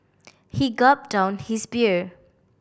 he gulped down his beer